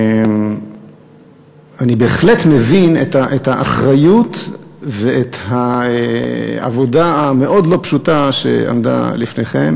אני בהחלט מבין את האחריות ואת העבודה המאוד לא פשוטה שעמדה לפניכם,